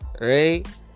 Right